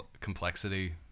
complexity